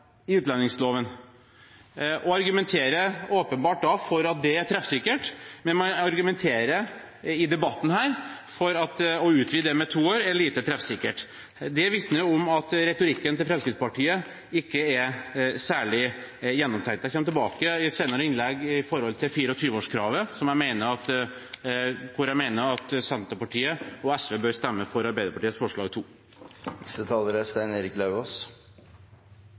i utlendingsloven og argumenterer åpenbart da for at det er treffsikkert, men når man argumenterer i debatten her for å utvide med to år, er det lite treffsikkert. Det vitner om at retorikken til Fremskrittspartiet ikke er særlig gjennomtenkt. Jeg vil i et senere innlegg komme tilbake til 24-årskravet, der jeg mener at Senterpartiet og SV bør stemme for Arbeiderpartiets forslag, nr. 2. Det er